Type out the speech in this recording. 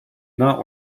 not